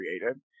created